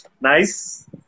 Nice